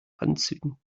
anzügen